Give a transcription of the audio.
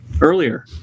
earlier